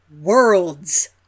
Worlds